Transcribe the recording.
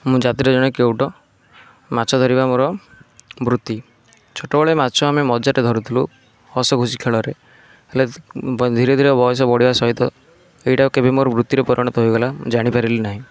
ମୁଁ ଜାତିରେ ଜଣେ କେଉଟ ମାଛ ଧରିବା ମୋର ବୃତ୍ତି ଛୋଟ ବେଳେ ମାଛ ଆମେ ମଜାରେ ଧରୁଥିଲୁ ହସ ଖୁସି ଖେଳରେ ହେଲେ ଧିରେ ଧିରେ ବୟସ ବଢ଼ିବା ସହିତ ଏଇଟା କେବେ ମୋର ବୃତ୍ତି ରେ ପରିଣତ ହୋଇଗଲା ମୁଁ ଜାଣିପାରିଲି ନାହିଁ